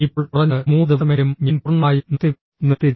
ഇപ്പോൾ കുറഞ്ഞത് 3 ദിവസമെങ്കിലും ഞാൻ പൂർണ്ണമായും നിർത്തി